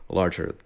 larger